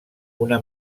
una